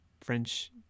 French